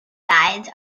guides